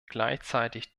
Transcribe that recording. gleichzeitig